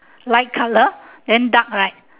light colour then dark right